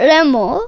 Remo